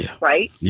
Right